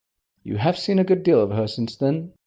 you have seen a good deal of her since then.